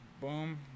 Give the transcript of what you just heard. Boom